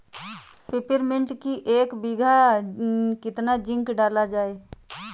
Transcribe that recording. Peppermint की एक बीघा कितना जिंक डाला जाए?